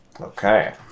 Okay